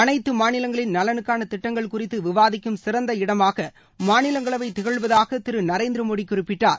அனைத்து மாநிலங்களின் நலனுக்கான திட்டங்கள் குறித்து விவாதிக்கும சிறந்த இடமாகக் மாநிலங்களவை திகழ்வதாக திரு நரேந்திரமோடி குறிப்பிட்டார்